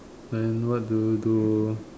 then what do you do